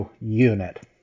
unit